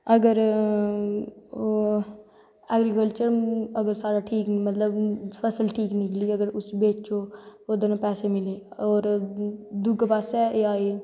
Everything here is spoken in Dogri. अगर ऐग्रीकल्चर साढ़ा ठीक मतलव फसल ठीक निकली जा तां उसी बेचो ओह्दै नै पैसे मिलदे और दुऐ पास्सै एह् आई